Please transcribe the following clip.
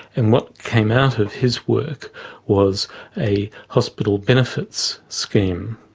and what came out of his work was a hospital benefits scheme.